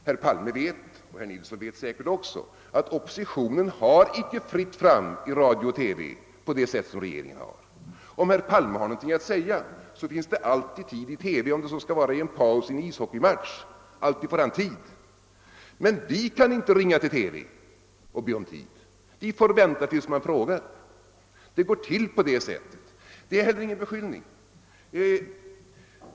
Herr Palme, och säkert också herr Nilsson, vet att oppositionen inte har fritt fram i radio och TV på samma sätt som regeringen. När herr Palme har någonting att säga finns det alltid tid i TV, om det så skall vara i en paus under en ishockeymatch. Men vi från oppositionen kan inte ringa till TV och be om tid, utan vi får vänta tills man frågar. Det går till på det sättet. Detta är inte heller någon beskyllning.